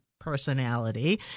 personality